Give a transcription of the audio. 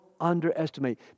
underestimate